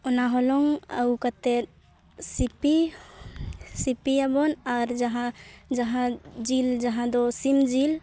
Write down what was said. ᱚᱱᱟ ᱦᱚᱞᱚᱝ ᱟᱹᱜᱩ ᱠᱟᱛᱮᱫ ᱥᱤᱯᱤ ᱥᱤᱯᱤᱭᱟᱵᱚᱱ ᱟᱨ ᱡᱟᱦᱟᱸ ᱡᱟᱦᱟᱸ ᱡᱤᱞ ᱡᱟᱦᱟᱸ ᱫᱚ ᱥᱤᱢ ᱡᱤᱞ